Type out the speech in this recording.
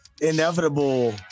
inevitable